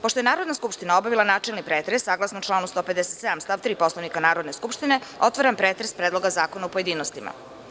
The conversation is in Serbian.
Pošto je Narodna skupština obavila načelni pretres, saglasno članu 157. stav 3. Poslovnika Narodne skupštine, otvaram pretres Predloga zakona u pojedinostima.